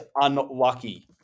unlucky